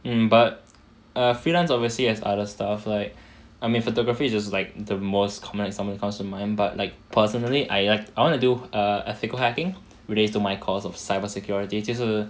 in but err freelance obviously has other stuff like I mean photography is just like the most common if something comes to mind but like personally I I want to do err ethical hacking relates to my course of cyber security 就是